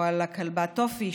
או על הכלבה טופי,